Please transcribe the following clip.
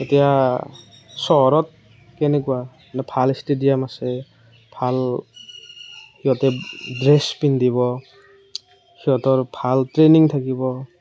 এতিয়া চহৰত কেনেকুৱা ভাল ষ্টেডিয়াম আছে ভাল সিহঁতে ড্ৰেছ পিন্ধিব সিহঁতৰ ভাল ট্ৰেনিং থাকিব